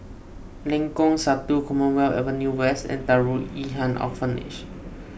Lengkong Satu Commonwealth Avenue West and Darul Ihsan Orphanage